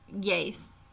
Yes